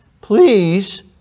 Please